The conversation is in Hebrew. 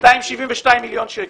272 מיליון שקלים.